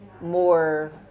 more